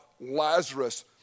Lazarus